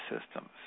systems